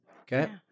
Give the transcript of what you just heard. Okay